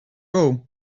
all